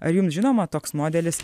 ar jums žinoma toks modelis